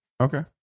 Okay